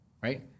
right